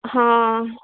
हां